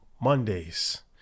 Mondays